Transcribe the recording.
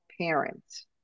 parents